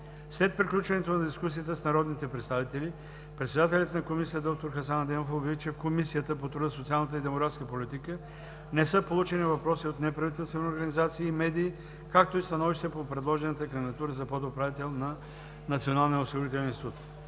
След приключването на дискусията с народните представители председателят на Комисията доктор Хасан Адемов обяви, че в Комисията по труда, социалната и демографската политика не са получени въпроси от неправителствени организации и медии, както и становища по предложената кандидатура за подуправител на Националния осигурителен институт.